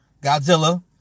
Godzilla